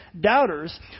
doubters